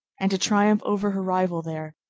and to triumph over her rival there,